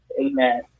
Amen